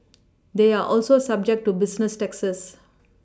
they are also subject to business taxes